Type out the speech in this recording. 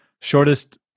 shortest